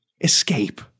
Escape